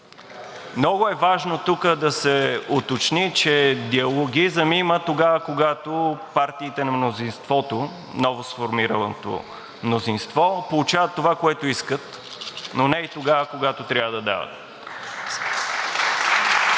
Много е важно тук да се уточни, че диалогизъм има тогава, когато партиите на мнозинството – новосформираното мнозинство, получават това, което искат, но не и тогава, когато трябва да дават.